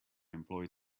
employed